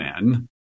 men